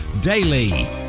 Daily